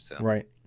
Right